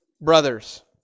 brothers